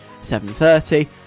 7.30